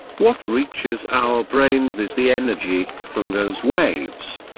what reaches our brains is the energy from those waves.